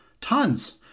Tons